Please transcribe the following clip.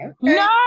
no